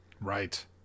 right